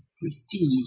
prestige